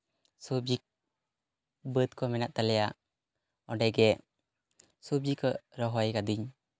ᱥᱚᱵᱡᱤ ᱵᱟᱹᱫᱽ ᱠᱚ ᱢᱮᱱᱟᱜ ᱛᱟᱞᱮᱭᱟ ᱚᱸᱰᱮᱜᱮ ᱥᱚᱵᱡᱤ ᱠᱚ ᱨᱚᱦᱚᱭ ᱠᱟᱹᱫᱟᱹᱧ